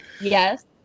Yes